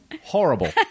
Horrible